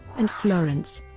and florence.